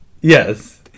yes